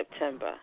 September